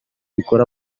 ikora